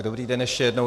Dobrý den, ještě jednou.